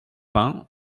pins